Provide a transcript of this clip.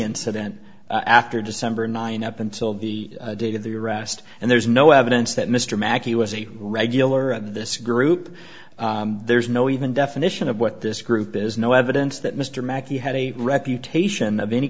incident after december nine up until the date of the arrest and there's no evidence that mr makki was a regular of this group there's no even definition of what this group is no evidence that mr makki had a reputation of any